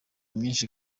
myinshi